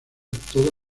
toda